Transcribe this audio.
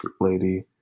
lady